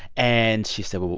and she said,